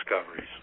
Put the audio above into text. discoveries